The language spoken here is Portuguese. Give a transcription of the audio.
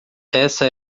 essa